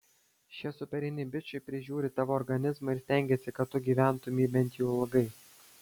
šie superiniai bičai prižiūri tavo organizmą ir stengiasi kad tu gyventumei bent jau ilgai